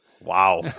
Wow